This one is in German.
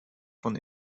von